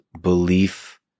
belief